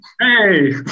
Hey